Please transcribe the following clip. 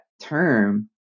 term